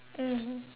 mmhmm